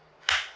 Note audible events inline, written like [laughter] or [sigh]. [noise]